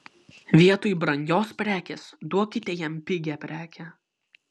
vietoj brangios prekės duokite jam pigią prekę